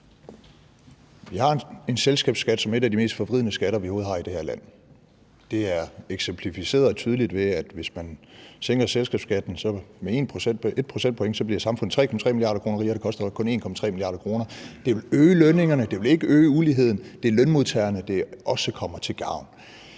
Vi har en selskabsskat, som er en af de mest forvridende skatter, vi overhovedet har i det her land. Det er eksemplificeret tydeligt ved, at samfundet, hvis man sænker selskabsskatten med 1 procentpoint, så bliver 3,3 mia. kr. rigere, og det koster kun 1,3 mia. kr. Det vil øge lønningerne. Det vil ikke øge uligheden, og det er også lønmodtagerne, det kommer til gavn.